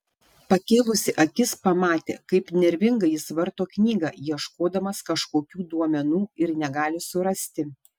pakėlusi akis pamatė kaip nervingai jis varto knygą ieškodamas kažkokių duomenų ir negali surasti